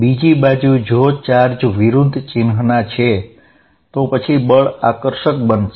બીજી બાજુ જો ચાર્જ વિરુદ્ધ ચિન્હના છે તો પછી બળ આકર્ષક બનશે